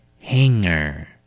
hanger